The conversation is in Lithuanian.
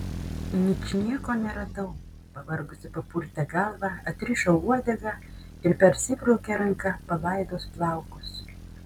ničnieko neradau pavargusi papurtė galvą atrišo uodegą ir persibraukė ranka palaidus plaukus